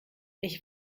ich